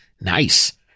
Nice